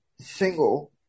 single